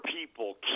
people